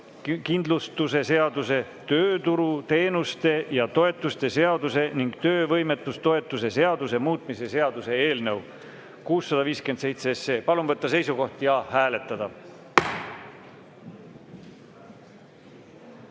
töötuskindlustuse seaduse, tööturuteenuste ja -toetuste seaduse ning töövõimetoetuse seaduse muutmise seaduse eelnõu 657. Palun võtta seisukoht ja hääletada!